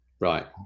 Right